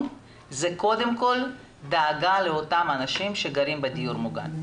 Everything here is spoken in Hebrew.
היא קודם כל דאגה לאותם אנשים שגרים בדיור מוגן.